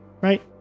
right